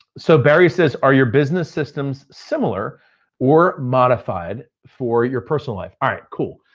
so barry says, are your business systems similar or modified for your personal life? all right, cool.